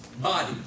body